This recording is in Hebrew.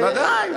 ודאי,